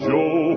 Joe